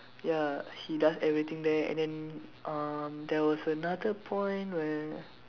ya he does everything there and then um there was another point where